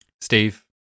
Steve